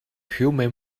human